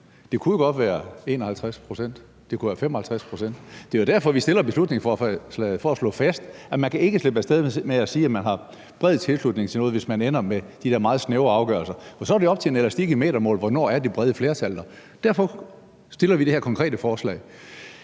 Det kunne jo godt være 51 pct., og det kunne være 55 pct. Det er jo derfor, vi fremsætter beslutningsforslaget. Det er for at slå fast, at man ikke kan slippe af sted med at sige, at man har bred tilslutning til noget, hvis man ender med de der meget snævre afgørelser, for så er det jo op til en elastik i metermål, hvornår det brede flertal er der. Derfor fremsætter vi det her konkrete forslag.